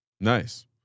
Nice